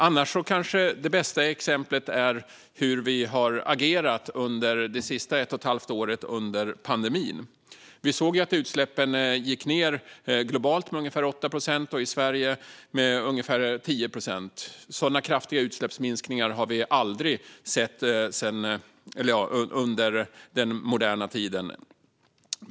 Annars kanske det bästa exemplet är hur vi har agerat under det senaste ett och ett halvt året under pandemin. Vi såg att utsläppen minskade globalt med ungefär 8 procent och i Sverige med ungefär 10 procent. Sådana kraftiga utsläppsminskningar har vi aldrig sett i modern tid.